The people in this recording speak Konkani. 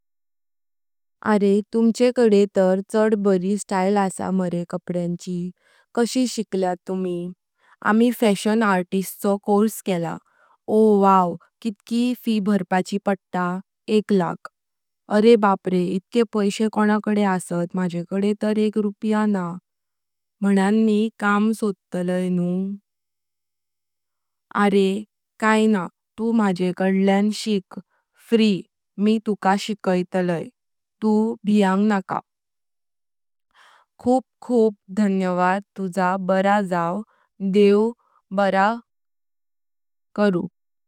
आरे तुमचेकडे तर छड बरी स्टाइल असा मारे कापडयांची... कशी शिकल्यात तुमी? आमी फॅशन आर्टिस्टचो कोर्स केला। ओह्ह वाव, कितकी फी भरची पडता? एक लाख। आरे बाप रे इतके पैशे कोणाकडे असत माझेकडे तर एक रुपया ण्हा मणान मी काम सोडतलाई ण्हु। आरे कायना तु माझेकड्यान शिक फ्री मी तुका शिकैतालै तु भियाँग ण्का। खूप खूप धन्यवाद तुजां बरा जा देव बरा करू।